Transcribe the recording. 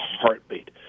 heartbeat